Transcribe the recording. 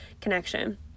connection